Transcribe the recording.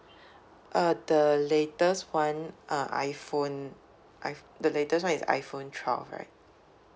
uh the latest [one] uh iphone i~ the latest [one] is iPhone twelve right